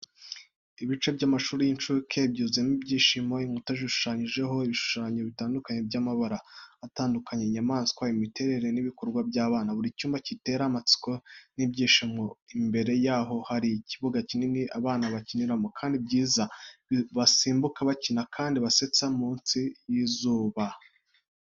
Ibice by’amashuri y’incuke byuzuye ibyishimo, inkuta zishushanyijeho ibishushanyo bitandukanye by’amabara atandukanye, inyamaswa, imiterere, n’ibikorwa by’abana. Buri cyumba gitera amatsiko n’ibyishimo. Imbere yaho hari ikibuga kinini abana bakiniramo kandi cyiza, basimbuka, bakina, kandi basetsa munsi y’izuba.